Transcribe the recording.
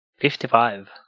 Fifty-five